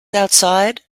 outside